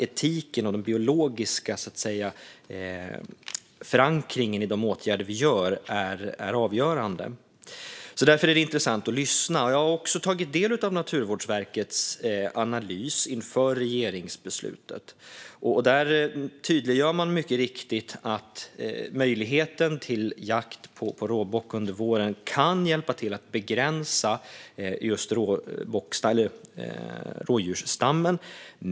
Etiken och den biologiska, så att säga, förankringen i de åtgärder vi gör är avgörande. Därför är det intressant att lyssna. Jag har också tagit del av Naturvårdsverkets analys inför regeringsbeslutet. Där tydliggör man mycket riktigt att möjligheten till jakt på råbock under våren kan hjälpa till att begränsa rådjursstammen.